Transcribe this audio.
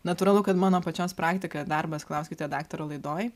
natūralu kad mano pačios praktika darbas klauskite daktaro laidoj